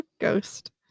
Ghost